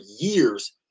years